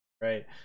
Right